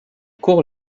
court